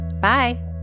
Bye